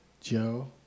Joe